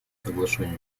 соглашению